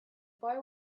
boy